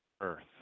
earth